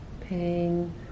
pain